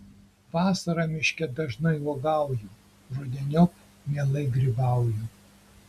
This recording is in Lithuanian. vasarą miške dažnai uogauju rudeniop mielai grybauju